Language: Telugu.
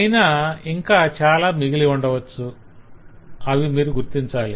అయినా ఇంకా చాలా మిగిలి ఉండవచ్చు అవి మీరు గుర్తించాలి